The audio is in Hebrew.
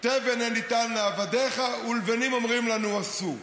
"תבן אין נִתן לעבדיך ולבנים אֹמרים לנו עשו".